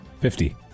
Fifty